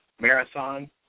Marathon